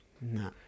No